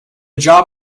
job